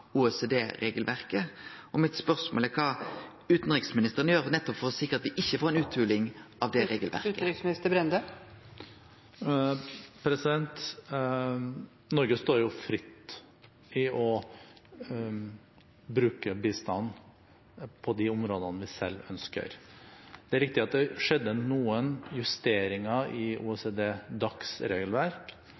er kva utanriksministeren gjer nettopp for å sikre at me ikkje får ei utholing av det regelverket. Norge står fritt til å bruke bistand på de områdene vi selv ønsker. Det er riktig at det skjedde noen justeringer i